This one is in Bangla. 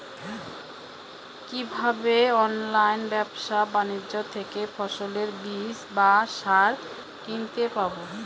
কীভাবে অনলাইন ব্যাবসা বাণিজ্য থেকে ফসলের বীজ বা সার কিনতে পারবো?